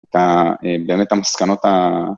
ובאמת המסקנות ה...